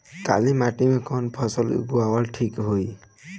काली मिट्टी में कवन फसल उगावल ठीक होई?